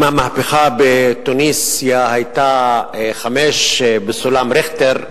המהפכה בתוניסיה היתה 5 בסולם ריכטר,